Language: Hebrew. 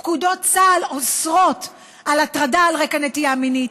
פקודות צה"ל אוסרות הטרדה על רקע נטייה מינית,